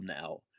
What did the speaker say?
now